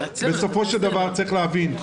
בסופו של דבר צריך להבין,